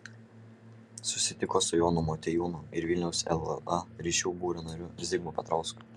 susitiko su jonu motiejūnu ir vilniaus lla ryšių būrio nariu zigmu petrausku